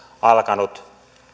alkanut